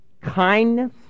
kindness